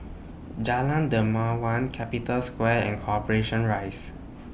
Jalan Dermawan Capital Square and Corporation Rise